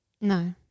No